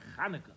Hanukkah